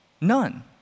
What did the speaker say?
None